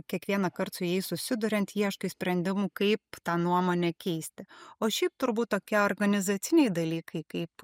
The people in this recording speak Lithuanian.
kiekvienąkart su jais susiduriant ieškai sprendimų kaip tą nuomonę keisti o šiaip turbūt tokie organizaciniai dalykai kaip